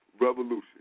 revolution